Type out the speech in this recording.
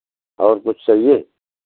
और कुछ चाहिए